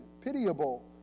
pitiable